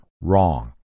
wrong